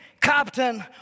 captain